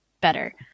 better